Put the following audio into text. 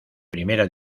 primera